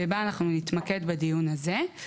ובה אנחנו נתמקד בדיון הזה.